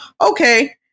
okay